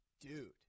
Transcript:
Dude